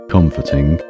Comforting